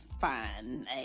fine